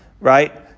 right